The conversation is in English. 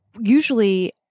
usually